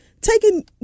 taking